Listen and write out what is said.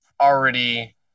already